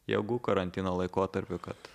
jėgų karantino laikotarpiu kad